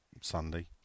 Sunday